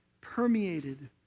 permeated